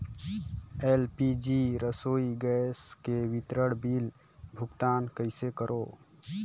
LPG रसोई gas के विवरण बिल भुगतान कइसे करों?